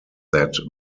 that